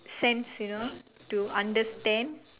sense you know to understand